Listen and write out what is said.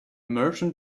merchant